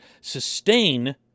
sustain